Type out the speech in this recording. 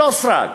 לא סרק,